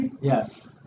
Yes